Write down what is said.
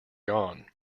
gone